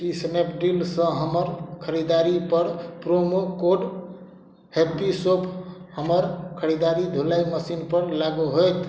की स्नैपडीलसँ हमर खरीदारीपर प्रोमो कोड हैप्पी शॉप हमर खरीदारी धुलाइ मशीनपर लागू होयत